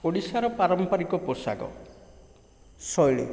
ଓଡ଼ିଶାର ପାରମ୍ପାରିକ ପୋଷାକ ଶୈଳୀ